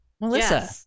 Melissa